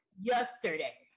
yesterday